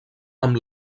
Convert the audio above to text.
amb